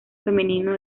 femenino